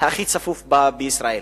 הכי צפוף בישראל,